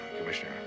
Commissioner